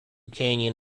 canyon